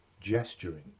gesturing